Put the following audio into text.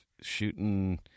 shooting